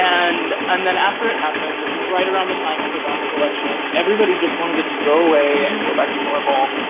and and then after it happened it was right around the time of obama's election. everybody just wanted it to go away and go back to normal.